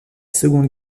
seconde